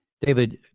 David